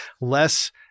less